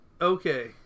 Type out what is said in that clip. Okay